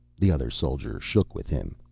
the other soldier shook with him,